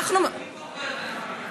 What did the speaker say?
מי בוחר את נציגי הציבור?